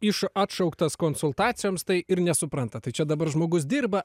iš atšauktas konsultacijoms tai ir nesupranta tai čia dabar žmogus dirba